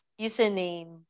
username